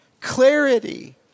Clarity